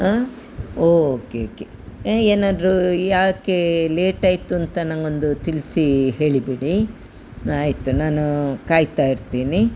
ಹಾಂ ಓಕೆ ಎಕೆ ಏನಾದರೂ ಯಾಕೆ ಲೇಟಾಯಿತು ಅಂತ ನನಗೊಂದು ತಿಳ್ಸಿ ಹೇಳಿ ಬಿಡಿ ಆಯಿತು ನಾನು ಕಾಯ್ತಾ ಇರ್ತೀನಿ